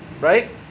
right